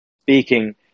speaking